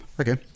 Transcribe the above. Okay